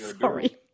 Sorry